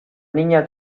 niña